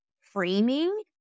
framing